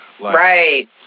Right